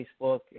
Facebook